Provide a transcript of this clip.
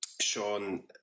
sean